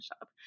Shop